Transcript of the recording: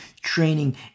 training